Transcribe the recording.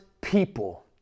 people